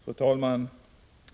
Fru talman!